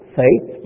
faith